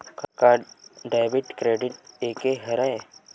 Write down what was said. का debit credit एके हरय?